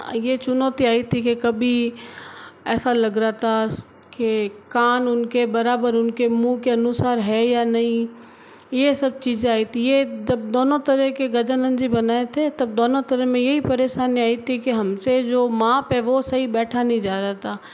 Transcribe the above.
ये चुनौती आई थी की कभी ऐसा लग रहा था के कान उनके बराबर उनके मुँह के अनुसार है या नहीं यह सब चीज़ें आई थी यह तब दोनों तरह के गजानन जी बनाए थे तब दोनों तरह में यही परेशानी आई थी कि हमसे जो माँप है वो सही बैठा नहीं जा रहा था